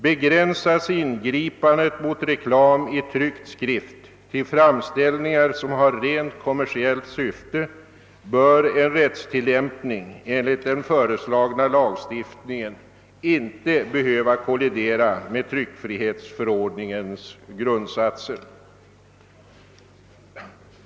Begränsas ingripandet mot reklam i tryckt skrift till framställningar som har rent kommersiellt syfte, torde en rättstillämpning enligt den föreslagna lagstiftningen inte behöva kollidera med tryckfrihetsförordningens grundsatser.